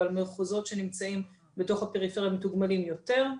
אבל מחוזות שנמצאים בתוך הפריפריה מתוגמלים יותר.